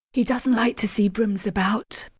he doesn't like to see brooms about.